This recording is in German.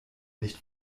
nicht